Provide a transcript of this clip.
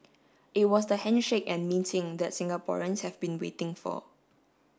it was the handshake and meeting that Singaporeans have been waiting for